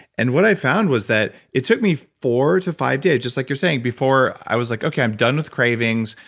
and what i found was that it took me four to five days, just like you're saying, before i was like, okay, i'm done with cravings.